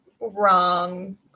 wrong